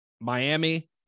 Miami